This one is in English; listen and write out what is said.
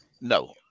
No